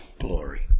glory